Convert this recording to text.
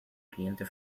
cliente